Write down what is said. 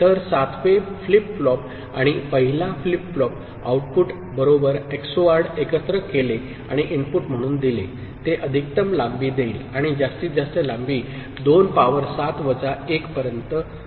तर 7 वे flip flop आणि 1 ला फ्लिप फ्लॉप आउटपुट बरोबर XORed एकत्र केले आणि इनपुट म्हणून दिले ते अधिकतम लांबी देईल आणि जास्तीत जास्त लांबी 2 पॉवर 7 वजा 1 पर्यंत होईल